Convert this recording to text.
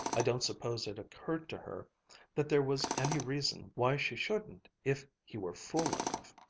i don't suppose it occurred to her that there was any reason why she shouldn't if he were fool enough.